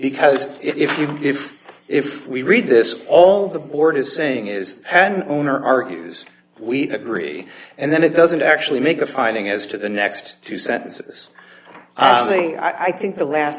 because if you if if we read this all the board is saying is an owner argues we agree and then it doesn't actually make a finding as to the next two sentences i think i think the last